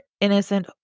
innocent